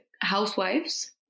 housewives